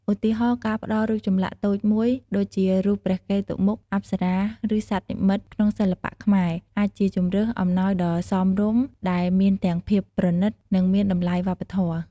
ឧទាហរណ៍ ការផ្តល់រូបចម្លាក់តូចមួយដូចជារូបព្រះកេតុមុខ អប្សរា ឬសត្វនិមិត្តក្នុងសិល្បៈខ្មែរអាចជាជម្រើសអំណោយដ៏សមរម្យ ដែលមានទាំងភាពប្រណិត និងមានតម្លៃវប្បធម៌។